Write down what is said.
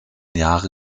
jahre